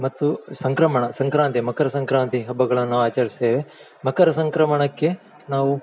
ಮತ್ತು ಸಂಕ್ರಮಣ ಸಂಕ್ರಾಂತಿ ಮಕರ ಸಂಕ್ರಾಂತಿ ಹಬ್ಬಗಳನ್ನು ಆಚರಿಸ್ತೇವೆ ಮಕರ ಸಂಕ್ರಮಣಕ್ಕೆ ನಾವು